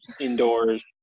indoors